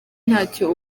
ntacyo